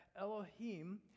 Elohim